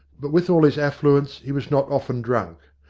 but with all his affluence he was not often drunk.